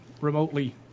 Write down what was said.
remotely